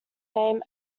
name